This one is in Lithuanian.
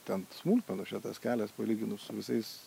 ten smulkmenos čia tas kelias palyginus su visais